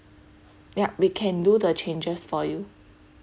yup we can do the changes for you